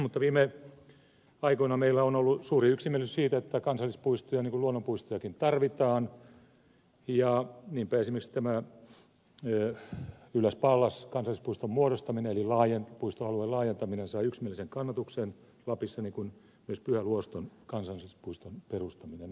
mutta viime aikoina meillä on ollut suuri yksimielisyys siitä että kansallispuistoja niin kuin luonnonpuistojakin tarvitaan ja niinpä esimerkiksi tämä pallas ylläs kansallispuiston muodostaminen eli puistoalueen laajentaminen sai yksimielisen kannatuksen lapissa niin kuin myös pyhä luoston kansallispuiston perustaminen